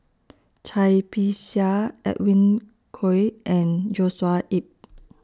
Cai Bixia Edwin Koek and Joshua Ip